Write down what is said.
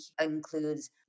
includes